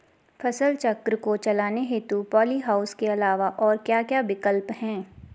फसल चक्र को चलाने हेतु पॉली हाउस के अलावा और क्या क्या विकल्प हैं?